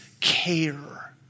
care